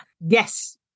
Yes